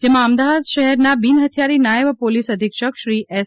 જેમાં અમદાવાદ શહેરના બિનહથિયારી નાયબ પોલીસ અધિક્ષક શ્રી એસ